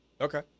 Okay